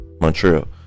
Montreal